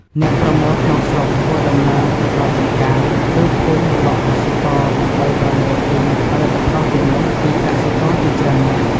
អ្នកប្រមូលក្នុងស្រុកធ្វើដំណើរទៅដល់ចំការ ឬភូមិរបស់កសិករ ដើម្បីប្រមូលទិញផលិតផលទាំងនោះពីកសិករជាច្រើននាក់។